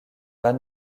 van